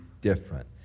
different